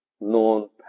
known